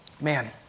man